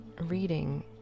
reading